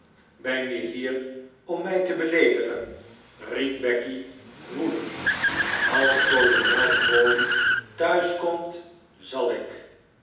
ben je hier om mij te beleedigen riep becky woedend als kolonel crawley thuis komt zal ik